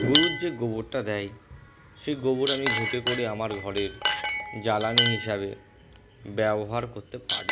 গরুর যে গোবরটা দেয় সেই গোবর আমি ঘুঁটে করে আমার ঘরের জ্বালানি হিসাবে ব্যবহার করতে পারি